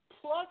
plus